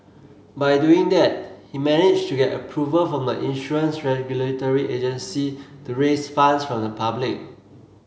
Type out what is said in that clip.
by doing that he managed to get approval from the insurance regulatory agency to raise funds from the public